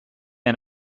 and